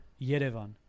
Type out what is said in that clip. Yerevan